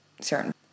certain